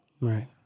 right